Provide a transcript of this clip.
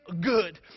Good